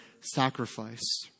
sacrifice